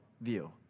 view